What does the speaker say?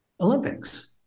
Olympics